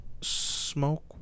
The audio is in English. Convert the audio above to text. smoke